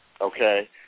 Okay